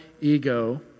ego